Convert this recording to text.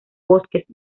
bosques